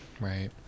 right